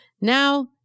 Now